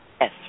Yes